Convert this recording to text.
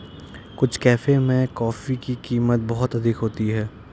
कुछ कैफे में कॉफी की कीमत बहुत अधिक होती है